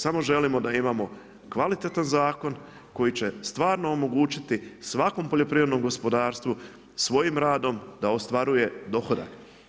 Samo želimo da imamo kvalitetan zakon koji će stvarno omogućiti svakom poljoprivrednom gospodarstvu svojim radom da ostvaruje dohodak.